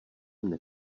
mne